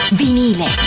vinile